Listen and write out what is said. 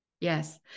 Yes